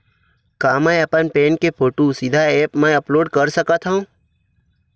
का मैं अपन पैन के फोटू सीधा ऐप मा अपलोड कर सकथव?